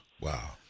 Wow